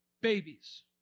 babies